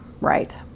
right